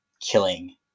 killing